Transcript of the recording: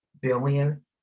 billion